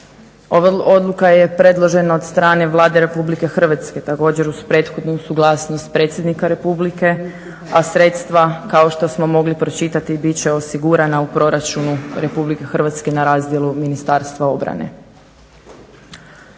Ova odluka je predložena od strane Vlade Republike Hrvatske, također uz prethodnu suglasnost predsjednika Republike, a sredstva kao što smo mogli pročitat bit će osigurana u proračunu Republike Hrvatske na razdjelu Ministarstva obrane.